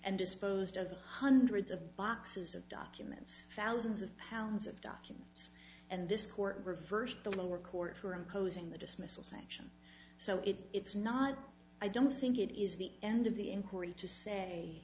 and disposed of hundreds of boxes of documents thousands of pounds of documents and this court reversed the lower court for imposing the dismissal sanction so it it's not i don't think it is the end of the inquiry to say